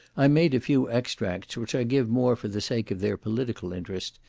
i made a few extracts, which i give more for the sake of their political interest,